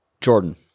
Jordan